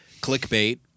clickbait